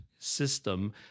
system